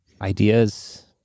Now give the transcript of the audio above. Ideas